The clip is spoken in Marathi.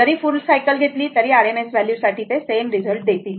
जरी फुल सायकल घेतली RMS व्हॅल्यू साठी ते सेम रिझल्ट देतील